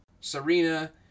Serena